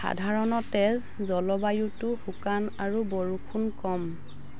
সাধাৰণতে জলবায়ুটো শুকান আৰু বৰষুণ কম